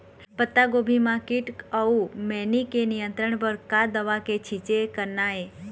पत्तागोभी म कीट अऊ मैनी के नियंत्रण बर का दवा के छींचे करना ये?